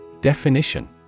definition